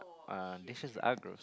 uh dished are gross